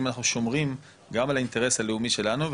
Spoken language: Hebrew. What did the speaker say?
אם אנחנו שומרים גם על האינטרס הלאומי שלנו,